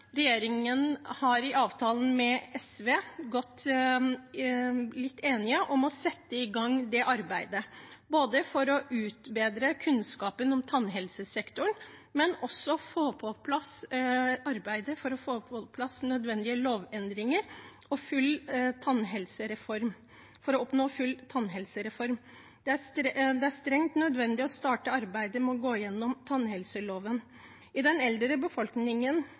regjeringen og SV i avtalen har blitt enige om å sette i gang det arbeidet, både for å utbedre kunnskapen om tannhelsesektoren og for å få i gang arbeidet med å få på plass nødvendige lovendringer og oppnå full tannhelsereform. Det er strengt nødvendig å starte arbeidet med å gå gjennom tannhelsetjenesteloven. I den eldre befolkningen